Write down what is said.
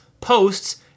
posts